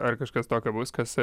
ar kažkas tokio bus kas